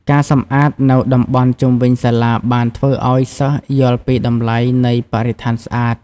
ការសំអាតនៅតំបន់ជុំវិញសាលាបានធ្វើឲ្យសិស្សយល់ពីតម្លៃនៃបរិស្ថានស្អាត។